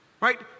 Right